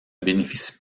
bénéficie